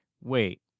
Wait